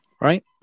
right